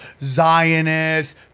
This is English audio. Zionists